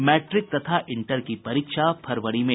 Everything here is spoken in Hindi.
मैट्रिक तथा इंटर की परीक्षा फरवरी में